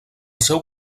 seu